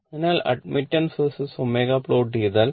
അതിനാൽ admittance vs ω plot ചെയ്താൽ